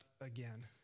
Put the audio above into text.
again